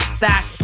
back